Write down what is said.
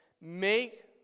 make